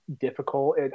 difficult